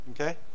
okay